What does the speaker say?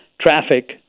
traffic